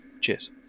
cheers